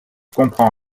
comprends